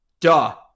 Duh